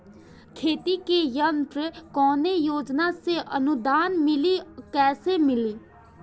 खेती के यंत्र कवने योजना से अनुदान मिली कैसे मिली?